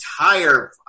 entire